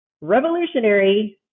revolutionary